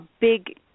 big